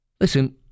listen